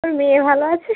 মেয়ে ভালো আছে